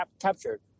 captured